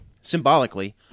symbolically